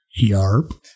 Yarp